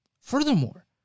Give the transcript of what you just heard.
Furthermore